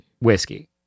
whiskey